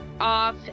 off